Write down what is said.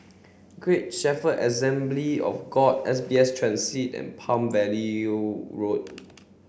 great Shepherd Assembly of God S B S Transit and Palm Valley Road